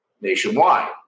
nationwide